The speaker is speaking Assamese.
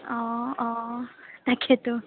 অ অ তাকেতো